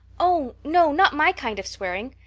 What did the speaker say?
oh no, not my kind of swearing.